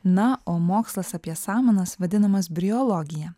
na o mokslas apie samanas vadinamas briologija